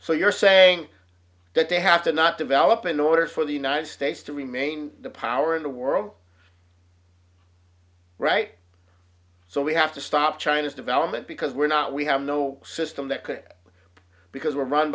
so you're saying that they have to not develop in order for the united states to remain the power in the world right so we have to stop china's development because we're not we have no system that could because were run